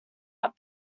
that